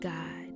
God